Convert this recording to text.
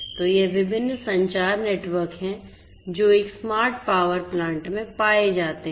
तो ये विभिन्न संचार नेटवर्क हैं जो एक स्मार्ट पावर प्लांट में पाए जाते हैं